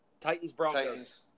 Titans-Broncos